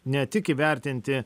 ne tik įvertinti